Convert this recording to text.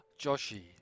Joshi